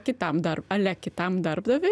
kitam dar ale kitam darbdaviui